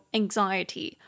anxiety